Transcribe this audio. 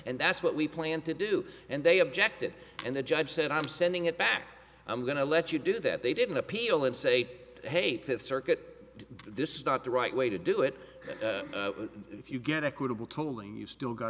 and that's what we plan to do and they objected and the judge said i'm sending it back i'm going to let you do that they didn't appeal and say hate that circuit this is not the right way to do it if you get equitable totaling you still got